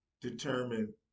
determine